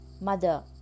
Mother